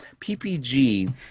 ppg